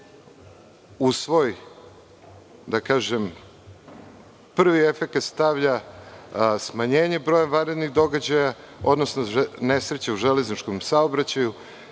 u svoj prvi efekat stavlja smanjenje broja vanrednih događaja, odnosno nesreća u železničkom saobraćaju,